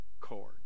chord